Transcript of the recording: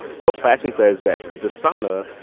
well, classen says that the desana,